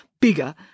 bigger